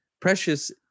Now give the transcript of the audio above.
Precious